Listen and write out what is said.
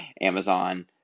Amazon